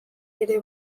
ere